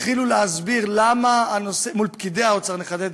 התחילו להסביר מול פקידי האוצר, נחדד,